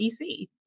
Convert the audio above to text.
EC